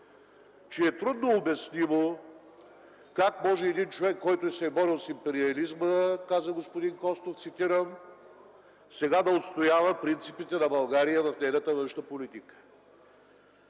че е трудно обяснимо как може един човек, който се е борил с империализма, каза господин Костов – цитирам, сега да отстоява принципите на България в нейната външна политика.